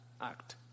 Act